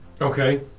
Okay